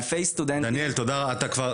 דניאל תודה רבה.